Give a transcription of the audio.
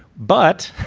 but